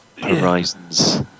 horizons